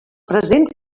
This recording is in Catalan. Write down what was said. present